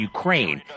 Ukraine